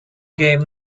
gave